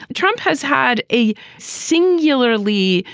trump has had a singular lead,